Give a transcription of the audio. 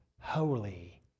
holy